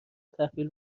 تحویل